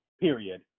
period